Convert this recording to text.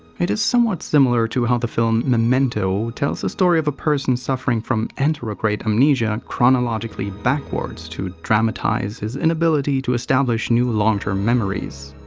it's somewhat similar to how the film memento tells the story of a person suffering anterograde amnesia chronologically backwards to dramatize his inability to establish new long-term memories.